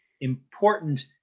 important